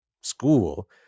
school